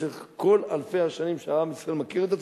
במשך כל אלפי השנים שעם ישראל מכיר את עצמו,